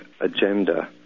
agenda